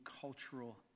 cultural